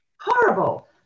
horrible